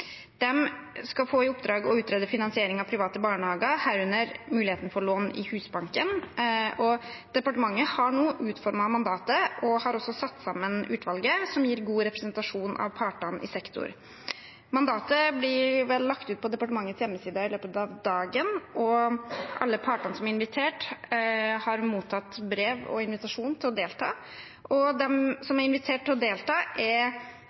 skal få i oppdrag å utrede finansiering av private barnehager, herunder muligheten for lån i Husbanken. Departementet har nå utformet mandatet og har også satt sammen et utvalg som gir god representasjon av partene i sektoren. Mandatet blir vel lagt ut på departementets hjemmeside i løpet av dagen, og alle partene som er invitert, har mottatt brev og invitasjon til å delta. De som er invitert til å delta, er